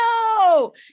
No